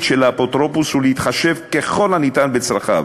של האפוטרופוס ולהתחשב ככל הניתן בצרכיו,